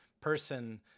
person